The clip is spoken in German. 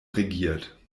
regiert